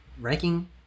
ranking